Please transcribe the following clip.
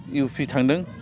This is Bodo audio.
इउ पि थांदों